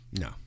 No